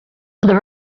the